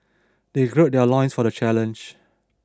they gird their loins for the challenge